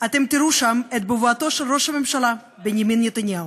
אתם תראו שם את בבואתו של ראש הממשלה בנימין נתניהו.